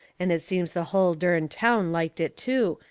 and it seems the hull dern town liked it, too,